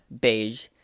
beige